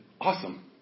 awesome